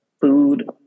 food